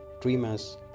dreamers